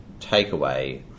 takeaway